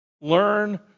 Learn